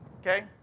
Okay